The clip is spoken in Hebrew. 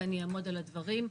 ואני אעמוד על הדברים.